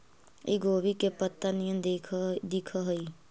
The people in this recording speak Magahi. इ गोभी के पतत्ता निअन दिखऽ हइ